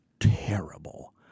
terrible